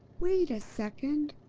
wait a second.